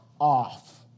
off